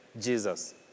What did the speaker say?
Jesus